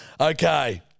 Okay